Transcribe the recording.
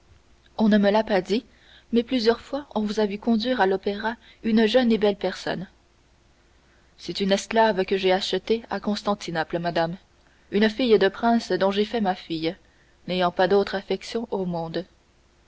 on ne me l'a pas dit mais plusieurs fois on vous a vu conduire à l'opéra une jeune et belle personne c'est une esclave que j'ai achetée à constantinople madame une fille de prince dont j'ai fait ma fille n'ayant pas d'autre affection au monde